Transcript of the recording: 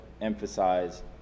emphasize